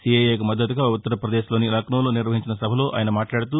సీఏఏకి మర్దతుగా ఉత్తర్పదేశ్ లోని లక్నోలో నిర్వహించిన సభలో ఆయన మాట్లాడుతూ